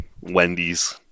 Wendy's